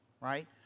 right